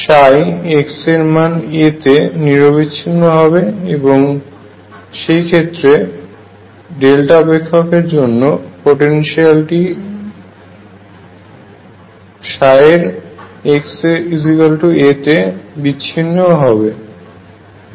x এর মান a তে নিরবিচ্ছিন্ন হবে এবং এই ক্ষেত্রে ডেল্টা অপেক্ষকের পোটেনশিয়াল এর জন্য x এর মান a তে বিচ্ছিন্ন হবে